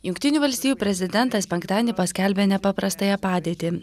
jungtinių valstijų prezidentas penktadienį paskelbė nepaprastąją padėtį